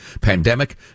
pandemic